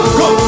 go